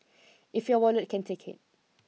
if your wallet can take it